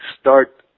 start